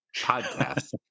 podcast